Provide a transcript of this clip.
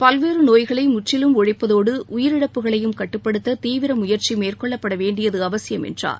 பல்வேறு நோய்களை முற்றிலும் ஒழிப்பதோடு உயிரிழப்புகளையும் கட்டுப்படுத்த தீவிர முயற்சி மேற்கொள்ளப்பட வேண்டியது அவசியம் என்றார்